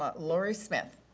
ah laurie smith.